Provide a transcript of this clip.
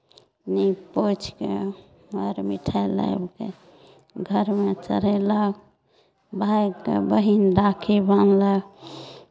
नीप पोछि कऽ मर मिठाइ लाबि कऽ घरमे चढ़यलक भायके बहिन राखी बान्हलक